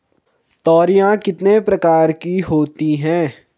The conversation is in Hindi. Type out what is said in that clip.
तोरियां कितने प्रकार की होती हैं?